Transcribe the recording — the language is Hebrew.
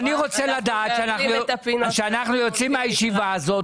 אני רוצה לדעת כשאנחנו יוצאים מהישיבה הזאת